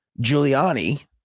Giuliani